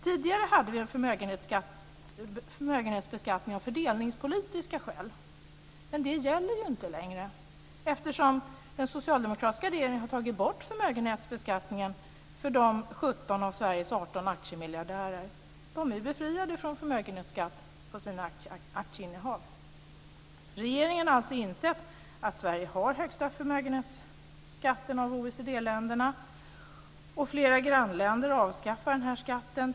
Tidigare hade vi förmögenhetsbeskattning av fördelningspolitiska skäl. Men det gäller ju inte längre, eftersom den socialdemokratiska regeringen har tagit bort förmögenhetsbeskattningen för 17 av Sveriges Regeringen har alltså insett att Sverige har den högsta förmögenhetsskatten av OECD-länderna. Flera grannländer avskaffar den här skatten.